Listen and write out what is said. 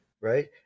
right